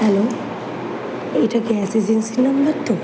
hello এটা gas এজেন্সির number তো